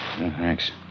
Thanks